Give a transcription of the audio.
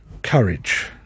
courage